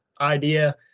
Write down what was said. idea